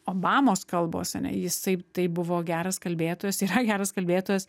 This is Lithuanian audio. obamos kalbos ane jisai taip buvo geras kalbėtojas yra geras kalbėtojas